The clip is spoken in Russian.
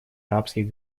арабских